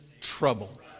trouble